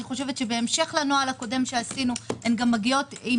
בהמשך לנוהל הקודם שעשינו הן גם מגיעות עם